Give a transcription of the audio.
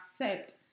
accept